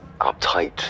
Uptight